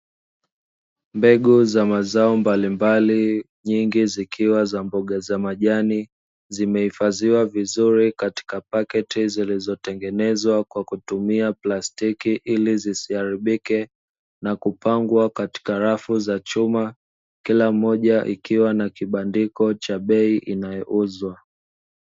Mbegu za mazao mbalimbali nyingi, zikiwa za mboga za majani zimehifadhiwa vizuri katika pakiti, zilizotengenezwa kwa kutumia plastiki ili zisiharibike na kupangwa katika rafu za chuma kila moja ikiwa na kibandiko cha bei inayouzwa.